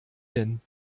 denn